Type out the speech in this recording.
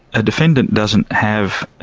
a defendant doesn't have,